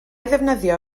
ddefnyddio